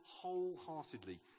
wholeheartedly